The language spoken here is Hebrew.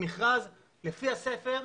מכרז לפי הספר,